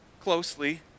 closely